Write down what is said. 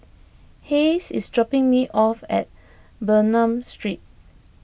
Hayes is dropping me off at Bernam Street